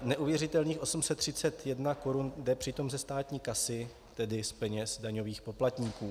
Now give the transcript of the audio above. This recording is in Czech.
Neuvěřitelných 831 korun jde přitom ze státní kasy, tedy z peněz daňových poplatníků.